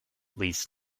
least